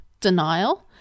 denial